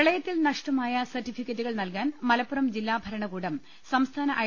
പ്രളയത്തിൽ നഷ്ടമായ സർടിഫിക്കറ്റുകൾ നൽകാൻ മലപ്പുറം ജില്ലാ ഭരണകൂടം സംസ്ഥാന ഐ